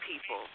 people